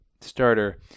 starter